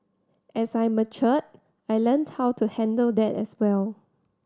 as I matured I learnt how to handle that as well